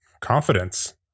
Confidence